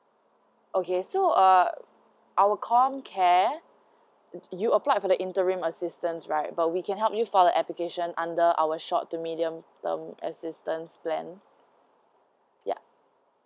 okay so err our com cares you applied for the interim assistance right but we can help you further application under our short to medium term assistance plan ya